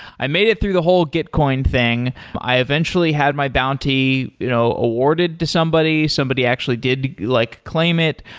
i made it through the whole gitcoin thing. i eventually had my bounty you know awarded to somebody. somebody actually did like claim it.